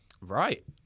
Right